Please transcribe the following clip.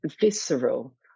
visceral